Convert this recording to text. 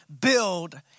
build